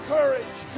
Courage